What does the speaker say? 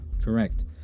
Correct